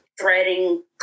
threading